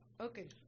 Okay